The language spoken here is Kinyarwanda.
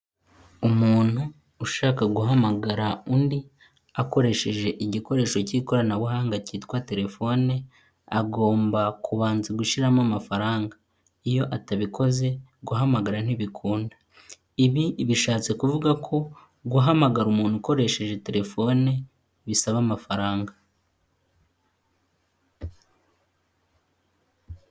Umuntu ushaka guhamagara undi akoresheje igikoresho cy'ikoranabuhanga cyitwa telefone, agomba kubanza gushyiramo amafaranga, iyo atabikoze guhamagara ntibikunda, ibi bishatse kuvuga ko guhamagara umuntu ukoresheje telefone bisaba amafaranga.